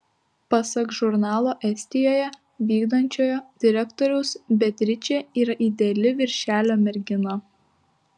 pasak žurnalo estijoje vykdančiojo direktoriaus beatričė yra ideali viršelio mergina